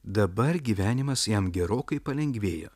dabar gyvenimas jam gerokai palengvėjo